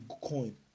coin